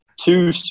two